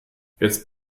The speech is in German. jetzt